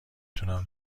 تونم